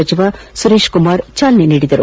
ಸುರೇಶ್ ಕುಮಾರ್ ಚಾಲನೆ ನೀಡಿದರು